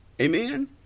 Amen